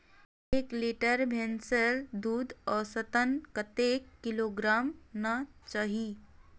एक लीटर भैंसेर दूध औसतन कतेक किलोग्होराम ना चही?